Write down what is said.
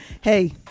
Hey